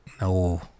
no